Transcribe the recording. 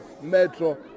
metro